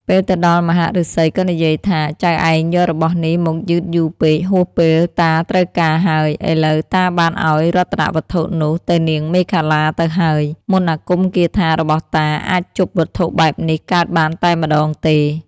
ពេលទៅដល់មហាឫសីក៏និយាយថា ចៅឯងយករបស់នេះមកយឺតយូរពេកហួសពេលតាត្រូវការហើយ ឥឡូវតាបានឱ្យរតនវត្ថុនោះទៅនាងមេខលាទៅហើយ មន្តអាគមគាថារបស់តាអាចជប់វត្ថុបែបនេះកើតបានតែម្ដងទេ។